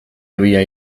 havia